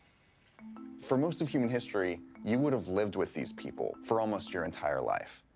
for most of human history, you would've lived with these people for almost your entire life.